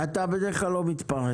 אתה בדרך כלל לא מתפרץ.